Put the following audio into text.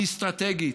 היא אסטרטגית,